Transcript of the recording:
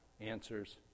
answers